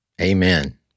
Amen